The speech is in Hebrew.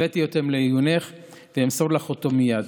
הבאתי אותו לעיונך ואמסור לך אותו מייד.